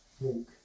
walk